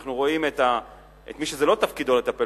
אנחנו רואים את מי שזה לא תפקידו לטפל